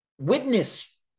witness